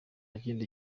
kindi